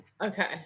Okay